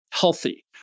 healthy